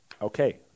Okay